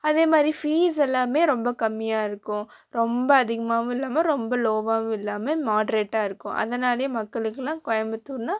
அதே மாதிரி ஃபீஸ் எல்லாமே ரொம்ப கம்மியாக இருக்கும் ரொம்ப அதிகமாகவும் இல்லாமல் ரொம்ப லோவாகவும் இல்லாமல் மாட்ரேட்டாக இருக்கும் அதனாலேயே மக்களுக்கெல்லாம் கோயம்பத்தூர்னால்